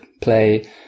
play